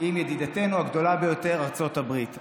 עם ידידתנו הגדולה ביותר ארצות הברית.